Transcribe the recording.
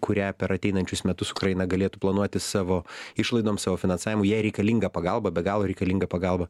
kurią per ateinančius metus ukraina galėtų planuotis savo išlaidoms savo finansavimu jai reikalinga pagalba be galo reikalinga pagalba